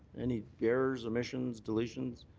any errors, omissions, deletions?